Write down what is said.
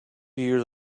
years